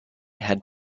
had